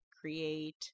create